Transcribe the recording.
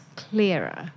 clearer